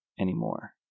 anymore